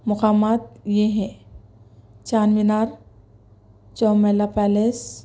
مقامات یہ ہیں چار مینار چومیلہ پیلس